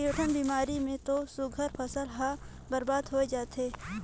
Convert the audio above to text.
कयोठन बेमारी मे तो सुग्घर फसल हर बरबाद होय जाथे